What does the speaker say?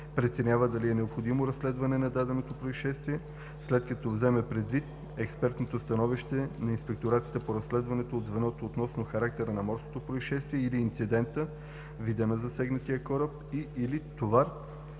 преценява дали е необходимо разследване на дадено произшествие, след като вземе предвид експертното становище на инспекторите по разследването от звеното относно характера на морското произшествие или инцидента, вида на засегнатия кораб и/или товар